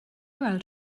weld